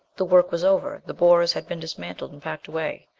the work was over. the borers had been dismantled and packed away.